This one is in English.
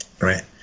right